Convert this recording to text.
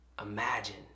imagine